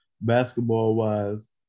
basketball-wise